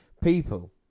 people